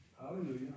Hallelujah